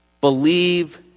Believe